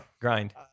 Grind